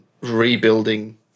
rebuilding